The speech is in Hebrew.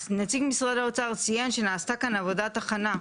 נציג משרד האוצר ציין שנעשתה כאן עבודת הכנה.